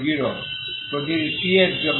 wxt0 প্রতি টি এর জন্য